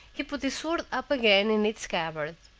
he put his sword up again in its scabbard.